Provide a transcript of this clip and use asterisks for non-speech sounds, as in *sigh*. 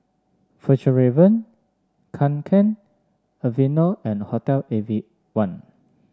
Fjallraven Kanken Aveeno and Hotel *unintelligible* one